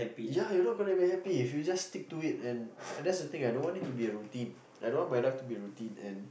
ya you are not going to be happy if you just stick to it and that is the thing I don't want it to be a routine I don't want my life to be a routine and